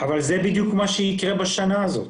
אבל זה בדיוק מה שיקרה בשנה הזאת.